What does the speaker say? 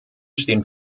stehen